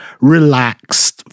relaxed